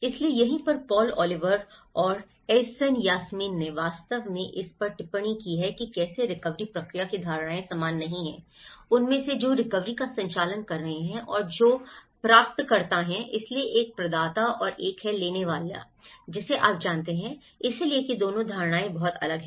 इसलिए यहीं पर पॉल ओलिवर और एयसन यासमीन ने वास्तव में इस पर टिप्पणी की कि कैसे रिकवरी प्रक्रिया की धारणाएं समान नहीं हैं उनमें से जो रिकवरी का संचालन कर रहे हैं और जो प्राप्तकर्ता हैं इसलिए एक प्रदाता और एक है एक लेने वाला है जिसे आप जानते हैं इसलिए कि दोनों धारणाएं बहुत अलग हैं